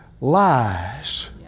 lies